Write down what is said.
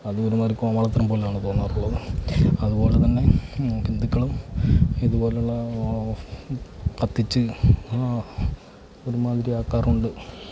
അതും ഒരു മാതിരി കോമാളിത്തരം പോലെയാണ് തോന്നാറുള്ളത് അതുപോലെ തന്നെ ഹിന്ദുക്കളും ഇതുപോലെയുള്ള കത്തിച്ചു ഒരു മാതിരി ആക്കാറുണ്ട്